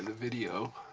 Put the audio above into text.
and video.